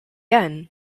end